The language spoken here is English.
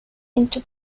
into